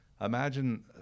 imagine